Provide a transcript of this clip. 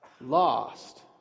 lost